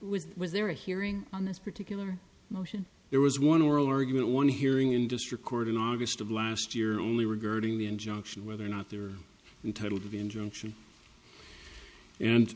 there was there a hearing on this particular motion there was one oral argument one hearing in district court in august of last year only regarding the injunction whether or not they're entitled to the injunction and